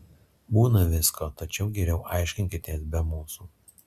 būna visko tačiau geriau aiškinkitės be mūsų